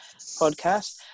podcast